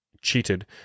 cheated